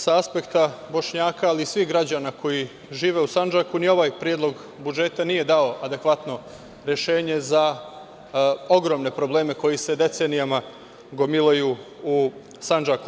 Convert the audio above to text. Sa aspekta Bošnjaka, ali i svih građana koji žive u Sandžaku, ni ovaj predlog budžeta nije dao adekvatno rešenje za ogromne probleme koji se decenijama gomilaju u Sandžaku.